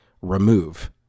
remove